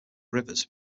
rivers